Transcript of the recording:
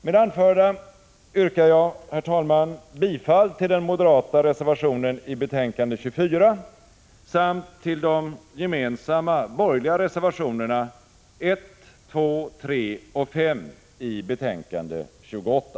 Med det anförda yrkar jag, herr talman, bifall till den moderata reservationen i betänkande 24 samt till de gemensamma borgerliga reservationerna 1, 2, 3 och 5 i betänkande 28.